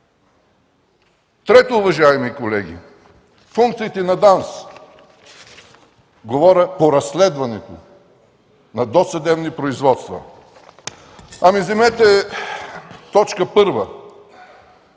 Трето, уважаеми колеги. Функциите на ДАНС – говоря по разследването на досъдебни производства. Вземете точка първа.